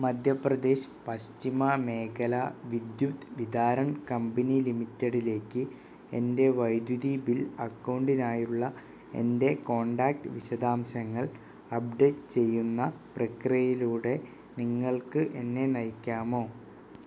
മദ്ധ്യപ്രദേശ് പശ്ചിമ മേഘല വിദ്യുത് വിതാരൺ കമ്പനി ലിമിറ്റഡിലേക്ക് എൻറ്റെ വൈദ്യുതി ബിൽ അക്കൗണ്ടിനായുള്ള എൻറ്റെ കോണ്ടാക്റ്റ് വിശദാംശങ്ങൾ അപ്ഡേറ്റ് ചെയ്യുന്ന പ്രക്രിയയിലൂടെ നിങ്ങൾക്ക് എന്നെ നയിക്കാമോ